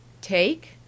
Take